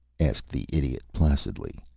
asked the idiot, placidly.